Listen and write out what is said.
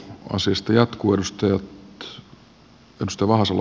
pääluokan käsittely keskeytetään